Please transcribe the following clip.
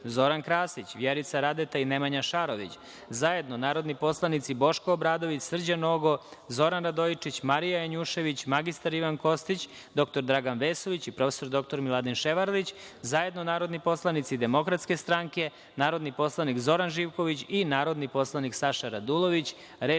Zoran Krasić, Vjerica Radeta i Nemanja Šarović, zajedno narodni poslanici Boško Obradović, Srđan Nogo, Zoran Radojičić, Marija Janjušević, mr Ivan Kostić, dr Dragan Vesović i prof. dr Miladin Ševarlić, zajedno narodniposlanici DS, narodni poslanik Zoran Živković i narodni poslanik Saša Radulović. Reč